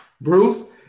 Bruce